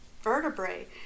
vertebrae